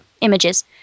images